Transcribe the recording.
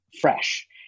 fresh